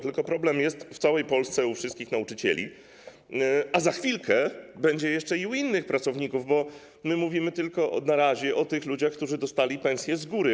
Tylko problem jest w całej Polsce u wszystkich nauczycieli, a za chwilkę będzie jeszcze i u innych pracowników, bo my mówimy na razie tylko o tych ludziach, którzy dostali pensje z góry.